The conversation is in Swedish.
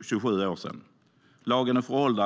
27 år sedan. Lagen är föråldrad.